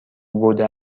بوده